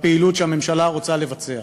בפעילות שהממשלה רוצה לבצע.